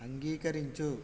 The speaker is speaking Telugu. అంగీకరించు